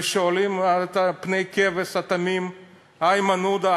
ושואלים את פני הכבש התמים איימן עודה,